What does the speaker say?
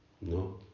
No